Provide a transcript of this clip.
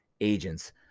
agents